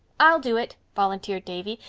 i'll do it, volunteered davy,